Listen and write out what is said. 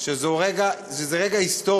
שזה רגע היסטורי